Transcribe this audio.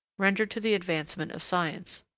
rendered to the advancement of science.